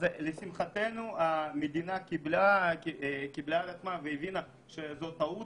לשמחתנו, המדינה קיבלה והבינה שזו טעות